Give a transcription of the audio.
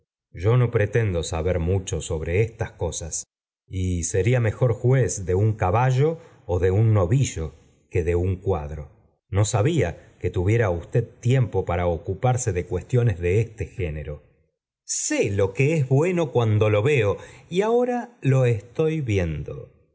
lo no pretendo saber mucho sobre estas cosas y sena mejor juez de un caballo ó do un novillo que de un cuadro no sabía que tuviera usted tiempo para ocuparse de cuestiones de este género bé lo que es bueno cuando lo veo y ahora lo estoy viendo